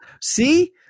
see